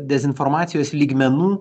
dezinformacijos lygmenų